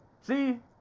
See